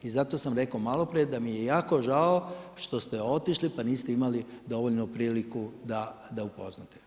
I zato sam rekao malo prije da mi je jako žao što ste otišli pa niste imali dovoljno priliku da upoznate.